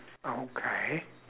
okay